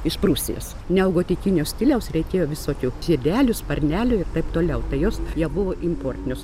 iš prūsijos neogotikinio stiliaus reikėjo visokių žiedelių sparnelių ir taip toliau tai jos jau buvo importinios